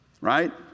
right